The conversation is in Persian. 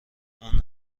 اون